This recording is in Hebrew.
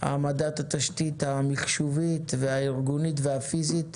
העמדת התשתית המחשובית, הארגונית והפיזית,